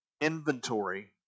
inventory